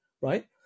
right